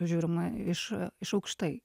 žiūrima iš a iš aukštai